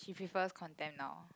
she prefers contemp now